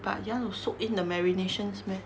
but you want to soak in the marinations meh